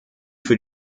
für